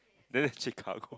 then it's Chicago